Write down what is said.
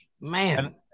man